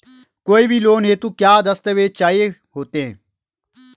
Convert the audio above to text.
कोई भी लोन हेतु क्या दस्तावेज़ चाहिए होते हैं?